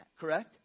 correct